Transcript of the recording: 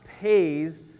pays